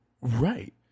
Right